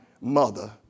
mother